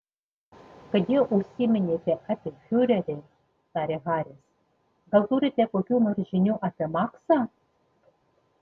kad jau užsiminėte apie fiurerį tarė haris gal turite kokių nors žinių apie maksą